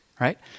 right